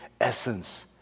essence